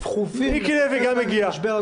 גם מיקי לוי הגיע.